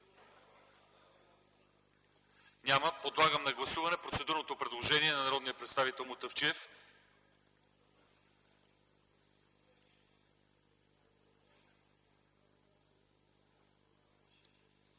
Няма. Подлагам на гласуване процедурното предложение на народния